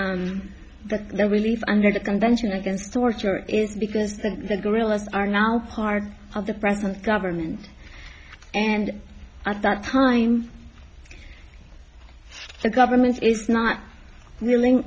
the that the relief under the convention against torture is because the guerrillas are now part of the present government and at that time the government is not willing